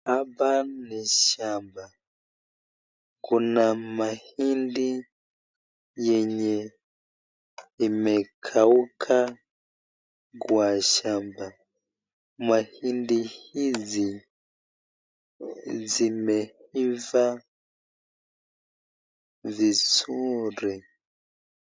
Hapa ni shamba kuna mahindi yenye imekauka kwa shamba, mahindi hizi zimeifaa vizuri.